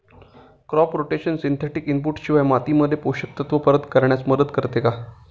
Crop rotation synthetic input शिवाय मातीमध्ये पोषक तत्त्व परत करण्यास मदत करते का?